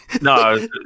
No